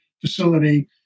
facility